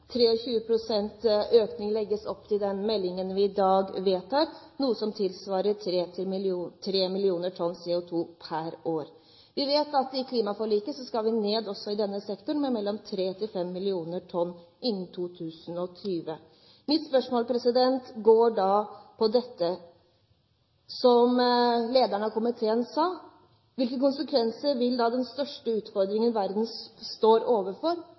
den meldingen vi i dag vedtar, legges det opp til 23 pst. økning, noe som tilsvarer 3 millioner tonn CO2 per år. Vi vet at i klimaforliket skal vi, også i denne sektoren, ned med mellom 3 og 5 millioner tonn innen 2020. Mitt spørsmål går på dette som lederen av komiteen sa: Hvilke konsekvenser vil den største utfordringen verden står overfor,